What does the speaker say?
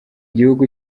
gihugu